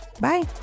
Bye